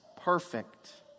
perfect